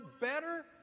better